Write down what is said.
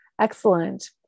excellent